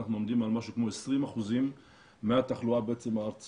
אנחנו עומדים על משהו כמו 20% מהתחלואה הארצית.